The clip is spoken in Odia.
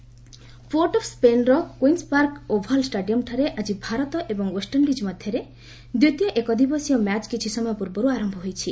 କ୍ରିକେଟ ପୋର୍ଟ ଅଫ୍ ସ୍ୱେନ୍ର କୁଇନ୍ୱ ପାର୍କ ଓଭାଲ ଷ୍ଟାଡିୟମଠାରେ ଆଜି ଭାରତ ଏବଂ ଓ୍ୱେଷ୍ଟଇଷ୍ଡିଜ୍ ମଧ୍ୟରେ ଦ୍ୱିତୀୟ ଏକଦିବସୀୟ ମ୍ୟାଚ କିଛି ସମୟ ପୂର୍ବର୍ତ୍ର ଆରମ୍ଭ ହୋଇଛି